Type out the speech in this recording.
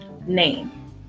name